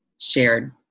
shared